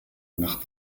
nach